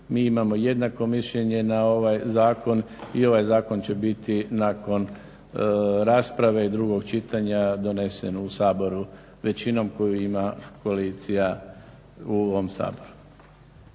Mi imamo jednako mišljenje na ovaj zakon i ovaj zakon će biti nakon rasprave i drugog čitanja donesen u Saboru većinom koju ima koalicija u ovom Saboru.